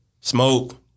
smoke